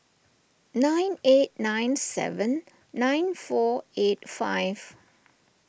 nine eight nine seven nine four eight five